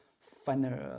final